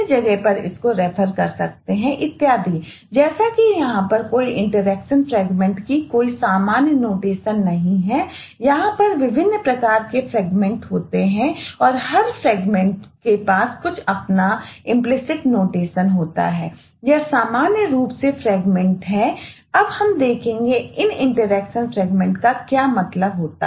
जैसा कि यहां पर कोई इंटरेक्शन फ्रेगमेंट का क्या मतलब होता है